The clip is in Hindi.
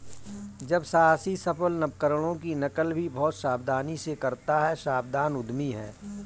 जब साहसी सफल नवकरणों की नकल भी बहुत सावधानी से करता है सावधान उद्यमी है